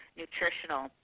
nutritional